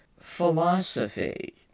philosophy